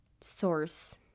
source